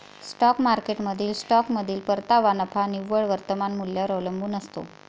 stock मार्केटमधील स्टॉकमधील परतावा नफा निव्वळ वर्तमान मूल्यावर अवलंबून असतो